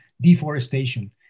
deforestation